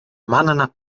manna